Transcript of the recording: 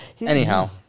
Anyhow